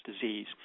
disease